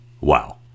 Wow